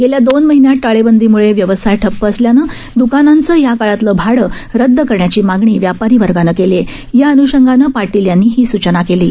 गेल्या दोन महिन्यात टाळेबंदीमुळे व्यवसाय ठप्प असल्यानं द्रकानांचं या काळातलं भाडं रद्द करण्याची मागणी व्यापारी वर्गानं केली आहे त्याअनुषंगानं पाटील यांनी ही सूचना केली आहे